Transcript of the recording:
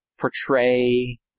portray